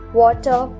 water